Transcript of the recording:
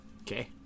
Okay